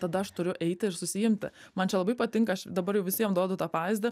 tada aš turiu eiti ir susiimti man čia labai patinka aš dabar jau visiem duodu tą pavyzdį